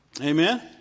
Amen